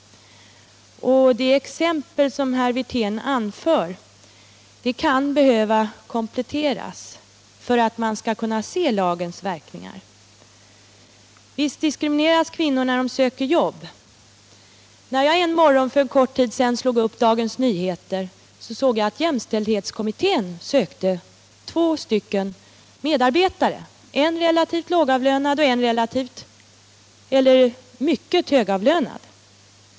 Det exempel som herr Wirtén anför kan behöva kompletteras för att man skall se lagens verkningar. Visst diskrimineras kvinnor när de söker jobb. Då jag en morgon för kort tid sedan slog upp Dagens Nyheter såg jag att jämställdhetskommittén sökte två stycken medarbetare, en relativt lågavlönad och en mycket högavlönad.